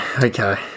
okay